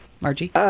Margie